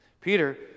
Peter